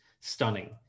stunning